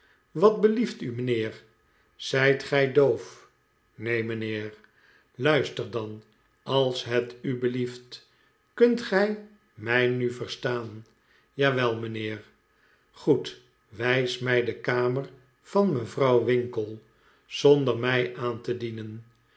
wat belieft u mijnheer zijt gij doof neen mijnheer luister dan als het u belieft kunt gij mij nu verstaan jawel mijnheer goed wijs mij de kamer van mevrouw winkle zonder mij aan te dienen